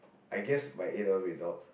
I guess my a-level results